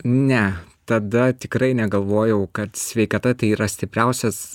ne tada tikrai negalvojau kad sveikata tai yra stipriausias